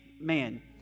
man